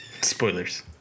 Spoilers